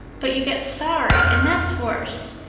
but you get sorry, and that's worse.